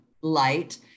light